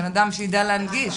בנאדם שידע להנגיש.